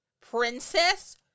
princess